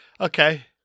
Okay